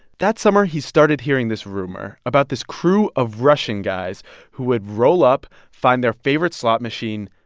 that summer, he started hearing this rumor about this crew of russian guys who would roll up, find their favorite slot machine,